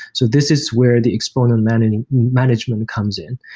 so this is where the exponent management management comes in.